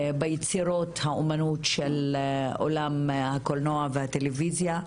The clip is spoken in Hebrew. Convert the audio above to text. ביצירות האומנות של עולם הקולנוע והטלויזיה.